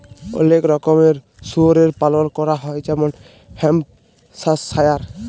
অলেক রকমের শুয়রের পালল ক্যরা হ্যয় যেমল হ্যাম্পশায়ার